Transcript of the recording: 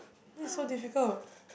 this is so difficult